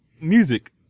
Music